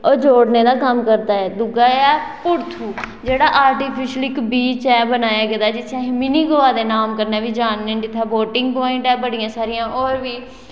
ओह् जोडने दा कम्म करदा ऐ दूआ ऐ पुरथू जेह्ड़ा आर्टीफिशल इक बीच ऐ बनाए दा जिसी असें मिनी गोवा दे नाम कन्नै बी जानने उत्थे बोटिंग पवाइंट ऐ बड़ियां सारियां होर बी